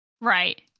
Right